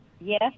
Yes